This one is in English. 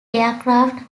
aircraft